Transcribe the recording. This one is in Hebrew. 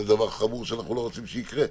זה דבר חמור שאנחנו מאוד לא רוצים שיקרה,